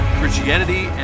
Christianity